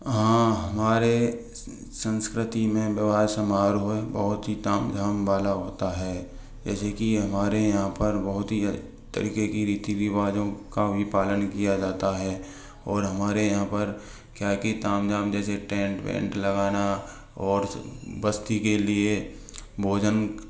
हाँ हमारी संस्कृति में विवाह समाहरोह बहुत ही ताम झाम वाला होता है जैसे कि हमारे यहाँ पर बहुत ही तरीक़े की रीति रिवाजों का भी पालन किया जाता है और हमारे यहाँ पर क्या है कि ताम झाम जैसे टेंट वेन्ट लगाना और बस्ती के लिए भोजन का